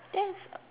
that's